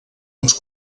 uns